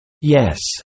Yes